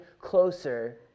closer